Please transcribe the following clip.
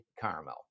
caramel